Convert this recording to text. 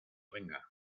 venga